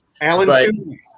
Alan